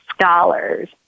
scholars